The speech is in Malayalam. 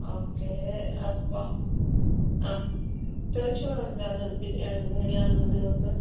ഓക്കെ അപ്പോൾ ആ ചോദിച്ചോളൂ എന്താണ് ബിരിയാണി എങ്ങനെയാണ് നിങ്ങൾക്ക്